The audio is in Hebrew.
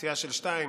סיעה של שניים,